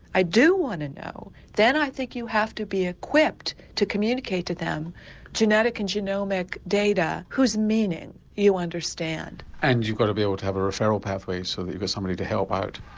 i do want to know then i think you have to be equipped to communicate to them genetic and genomic data whose meaning you understand. and you've got to be able to have a referral pathway so that you've got somebody to help out.